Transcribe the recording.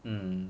mm